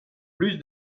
plus